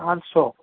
चारि सौ